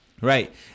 Right